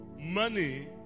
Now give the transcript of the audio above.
money